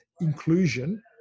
inclusion